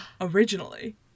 originally